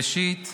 ראשית,